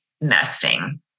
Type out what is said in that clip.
nesting